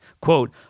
quote